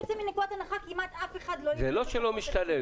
אתה יוצא מנקודת הנחה שכמעט אף אחד לא --- זה לא שלא משתלם.